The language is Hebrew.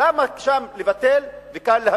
למה שם לבטל וכאן להמשיך?